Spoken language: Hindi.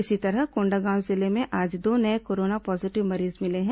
इसी तरह कोंडागांव जिले में आज दो नये कोरोना पॉजीटिव मरीज मिले हैं